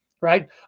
right